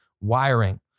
wiring